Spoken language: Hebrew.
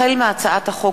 החל בהצעת חוק